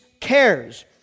cares